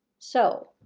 so